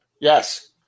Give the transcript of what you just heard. yes